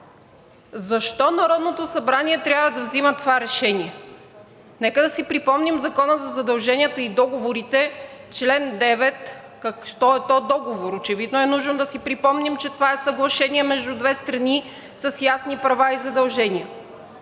Защо Народното събрание трябва да взима това решение?! Нека да си припомним Закона за задълженията и договорите чл. 9 – що е то договор. Очевидно е нужно да си припомним, че това е съглашение между две страни с ясни права и задължения,